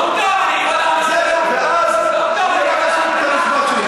דוקטור, אני רוצה לענות לך.